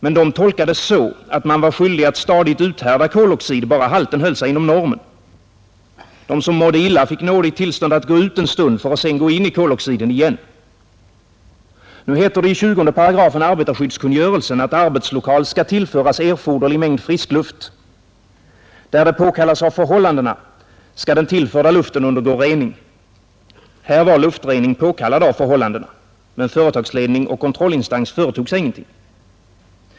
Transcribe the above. Men de tolkades så, att man var skyldig att stadigt uthärda koloxid, bara halten höll sig inom normen. De som mådde illa fick nådigt tillstånd att gå ut en stund för att sedan gå in i koloxiden igen. Nu heter det emellertid i 20 8 arbetarskyddskungörelsen att arbetslokal skall tillföras erforderlig mängd friskluft. Där det påkallas av förhållandena skall den tillförda luften undergå rening. Här var luftrening påkallad av förhållandena, men företagsledning och kontrollinstans företog sig ingenting.